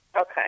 Okay